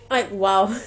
like !wow!